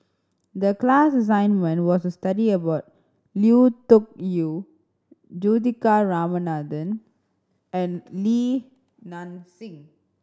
the class assignment was to study about Lui Tuck Yew Juthika Ramanathan and Li Nanxing